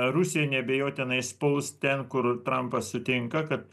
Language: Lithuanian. rusija neabejotinais spaus ten kur trampas sutinka kad